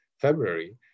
February